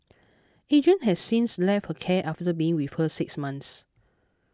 Adrian has since left her care after being with her six months